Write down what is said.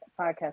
podcast